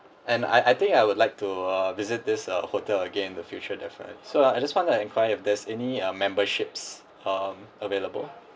and I I think I would like to uh visit this uh hotel again in the future definitely so I just wanted to inquire if there's any uh memberships um available